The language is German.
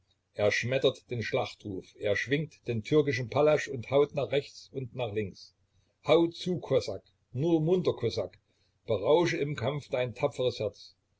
er schmettert den schlachtruf er schwingt den türkischen pallasch und haut nach rechts und nach links hau zu kosak nur munter kosak berausche im kampf dein tapferes herz